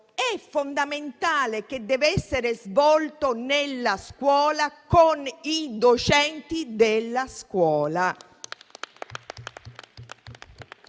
fondamentale debba essere svolto nella scuola con i docenti della scuola.